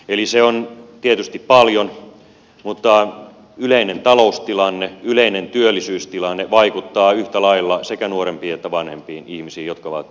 eli se on tietysti paljon mutta yleinen taloustilanne yleinen työllisyystilanne vaikuttaa yhtä lailla sekä nuorempiin että vanhempiin ihmisiin jotka ovat vailla työtä